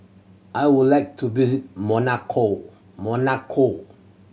I would like to visit Monaco Monaco